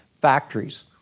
factories